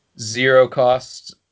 zero-cost